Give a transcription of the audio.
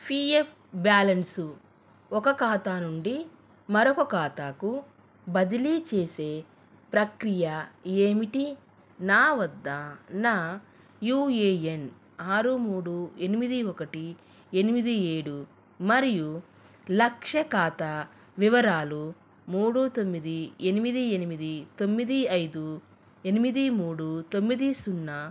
P F balance ఒక ఖాతా నుండి మరొక ఖాతాకు బదిలీ చేసే ప్రక్రియ ఏమిటి నా వద్ద నా యూ ఏ ఎన్ ఆరు మూడు ఎనిమిది ఒకటి ఎనిమిది ఏడు మరియు లక్ష్య ఖాతా వివరాలు మూడు తొమ్మిది ఎనిమిది ఎనిమిది తొమ్మిది ఐదు ఎనిమిది మూడు తొమ్మిది సున్నా